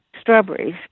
strawberries